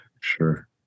sure